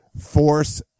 Force